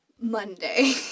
monday